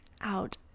out